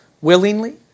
willingly